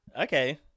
Okay